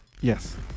Yes